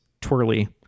twirly